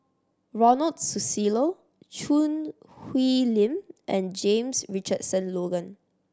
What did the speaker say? Ronald Susilo Choo Hwee Lim and James Richardson Logan